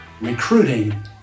recruiting